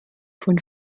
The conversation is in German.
von